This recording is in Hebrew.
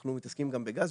אנחנו מתעסקים גם בגז,